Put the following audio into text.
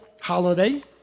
holiday